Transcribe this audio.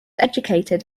educated